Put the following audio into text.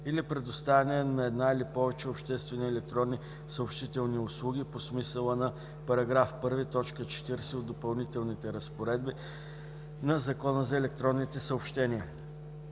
или предоставяне на една или повече обществени електронни съобщителни услуги по смисъла на § 1, т. 40 от допълнителните разпоредби на Закона за електронните съобщения;